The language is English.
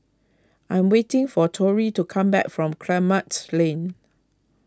I am waiting for Torey to come back from Kramat Lane